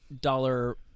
dollar